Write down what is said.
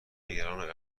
نگران